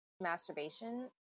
masturbation